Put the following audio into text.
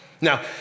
now